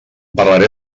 parlaré